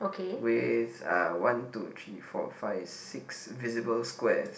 with uh one two three four five six visible squares